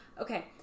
okay